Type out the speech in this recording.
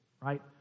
right